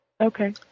Okay